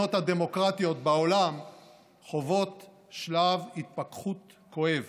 מהמדינות הדמוקרטיות בעולם חוות שלב התפקחות כואב.